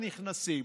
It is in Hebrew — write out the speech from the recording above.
מספר הנכנסים,